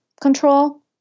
control